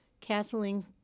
Kathleen